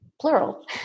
plural